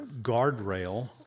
guardrail